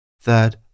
Third